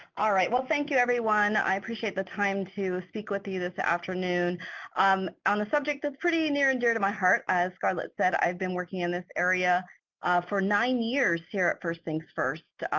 all right well thank you, everyone. everyone. i appreciate the time to speak with you this afternoon on a subject that's pretty near and dear to my heart. as scarlett said, i've been working in this area for nine years here at first things first.